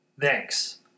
Thanks